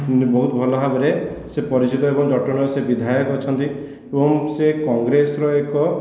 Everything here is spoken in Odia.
ବହୁତ ଭଲ ଭାବରେ ସେ ପରିଚିତ ଏବଂ ଜଟଣୀର ସେ ବିଧାୟକ ଅଛନ୍ତି ଏବଂ ସେ କଂଗ୍ରେସର ଏକ